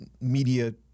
media